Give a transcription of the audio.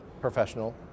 professional